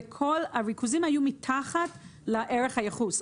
כל הריכוזים היו מתחת לערך הייחוס.